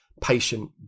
patient